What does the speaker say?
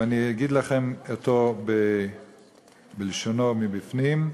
ואגיד לכם אותו בלשונו, מבפנים,